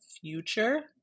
future